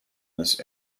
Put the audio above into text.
this